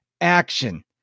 action